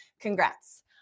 congrats